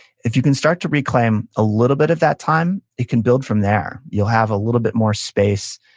if you can start to reclaim a little bit of that time, it can build from there. you'll have a little bit more space,